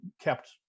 kept